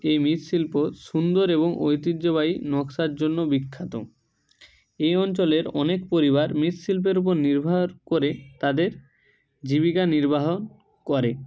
এই মৃৎশিল্প সুন্দর এবং ঐতিহ্যবাহী নকশার জন্য বিখ্যাত এই অঞ্চলের অনেক পরিবার মৃৎশিল্পের উপর নির্ভার করে তাদের জীবিকা নির্বাহ করে